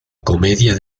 comedia